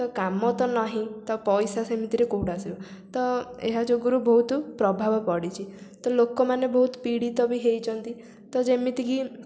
ତ କାମ ତ ନାହିଁ ତ ପଇସା ସେମିତିରେ କେଉଁଠୁ ଆସିବ ତ ଏହା ଯୋଗୁଁରୁ ବହୁତ ପ୍ରଭାବ ପଡ଼ିଛି ତ ଲୋକମାନେ ବହୁତ ପୀଡ଼ିତ ବି ହେଇଛନ୍ତି ତ ଯେମିତି କି